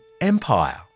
Empire